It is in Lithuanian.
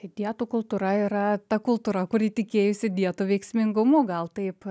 dietų kultūra yra ta kultūra kuri įtikėjusi dietų veiksmingumu gal taip